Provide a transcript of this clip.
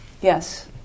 Yes